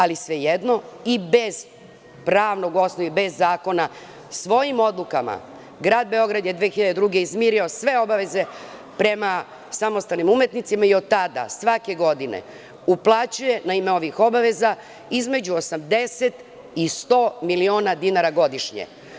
Ali, svejedno i bez pravnog pravnog osnova i bez zakona svojim odlukama Grad Beograd je 2002. godine izmirio sve obaveze prema samostalnim umetnicima i od tada svake godine uplaćuje na ime novih obaveza između 80 i 100 miliona dinara godišnje.